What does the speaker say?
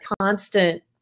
constant